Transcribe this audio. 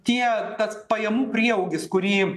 tie tas pajamų prieaugis kurį